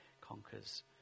conquers